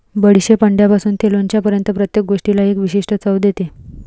बडीशेप अंड्यापासून ते लोणच्यापर्यंत प्रत्येक गोष्टीला एक विशिष्ट चव देते